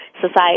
society